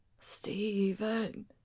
Stephen